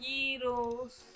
Heroes